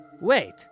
Wait